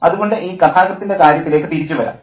അതുകൊണ്ട് ഇനി കഥാകൃത്തിൻ്റെ കാര്യത്തിലേക്ക് തിരിച്ചുവരാം